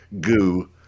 goo